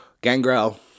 Gangrel